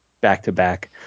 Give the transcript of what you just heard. back-to-back